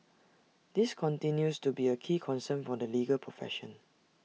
this continues to be A key concern for the legal profession